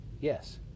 Yes